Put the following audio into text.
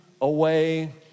away